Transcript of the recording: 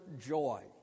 joy